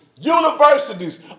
universities